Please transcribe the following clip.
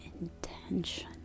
intention